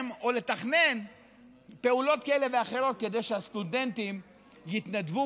או לתכנן פעולות כאלה ואחרות כדי שסטודנטים יתנדבו